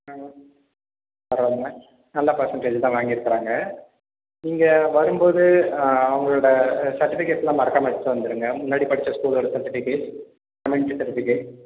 பரவா இல்லைங்க நல்ல பர்செண்டேஜு தான் வாங்கியிருக்குறாங்க நீங்கள் வரும்போது அவங்களோட சர்ட்டிஃபிக்கேட்ஸ்லாம் மறக்காமல் எடுத்துகிட்டு வந்துருங்க முன்னாடி படிச்ச ஸ்கூலோட சர்ட்டிஃபிக்கேட்ஸ் லெவன்த்து சர்டிஃபிகேட்